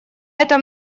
этом